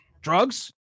drugs